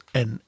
en